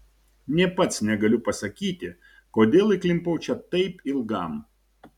nė pats negaliu pasakyti kodėl įklimpau čia taip ilgam